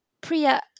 Priya